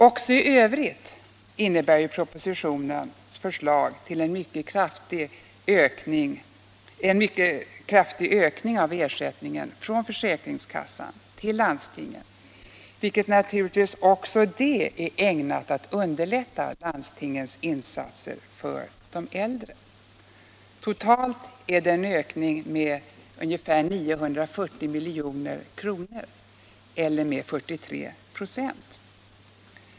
Också i övrigt innebär propositionen förslag till en mycket kraftig ökning av ersättningen från försäkringskassan till landstingen, vilket naturligtvis också det är ägnat att underlätta landstingens insatser för de äldre. Totalt är det en ökning med ungefär 940 milj.kr. eller med 43 96.